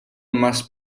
must